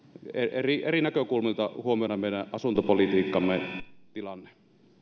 eri eri näkökulmilta huomioida meidän asuntopolitiikkamme tilanne